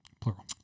Plural